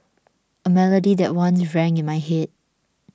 a melody that once rang in my head